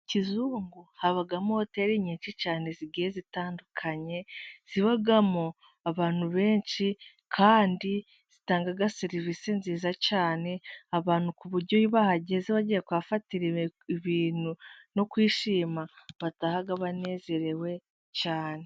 Kizungu habamo hoteri nyinshi cyane zigiye zitandukanye, zibamo abantu benshi kandi zitanga serivisi nziza cyane, abantu ku buryo iyo bahageze bagiye kuhafatira ibintu no kwishima, bataha banezerewe cyane.